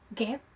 Okay